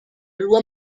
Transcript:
loi